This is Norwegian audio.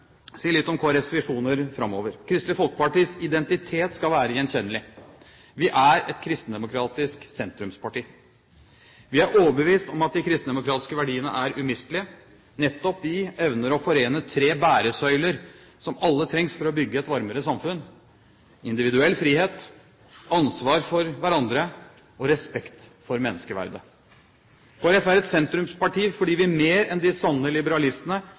si litt om Kristelig Folkepartis visjoner framover. Kristelig Folkepartis identitet skal være gjenkjennelig. Vi er et kristendemokratisk sentrumsparti. Vi er overbevist om at de kristendemokratiske verdiene er umistelige. Nettopp de evner å forene tre bæresøyler som alle trengs for å bygge et varmere samfunn: individuell frihet ansvar for hverandre respekt for menneskeverdet Kristelig Folkeparti er et sentrumsparti, fordi vi – mer enn de sanne liberalistene